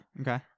Okay